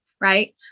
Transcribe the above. right